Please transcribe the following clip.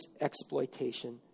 exploitation